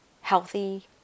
healthy